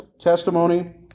testimony